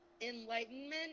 Enlightenment